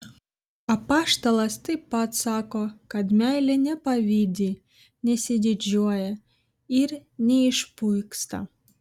apaštalas taip pat sako kad meilė nepavydi nesididžiuoja ir neišpuiksta